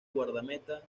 guardameta